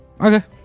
Okay